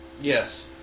Yes